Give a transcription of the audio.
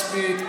מספיק.